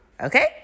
Okay